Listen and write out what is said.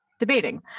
debating